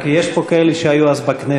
כי יש פה כאלה שהיו אז בכנסת,